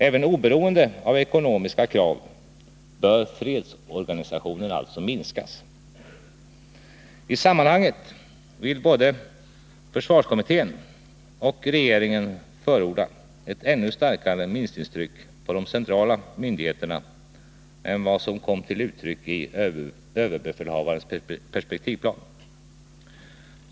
Även oberoende av ekonomiska krav bör fredsorganisationen alltså minska. I sammanhanget vill både försvarskommittén och regeringen förorda ett ännu starkare minskningstryck på de centrala myndigheterna än vad som kom till uttryck i överbefälhavarens perspektivplan.